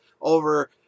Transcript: over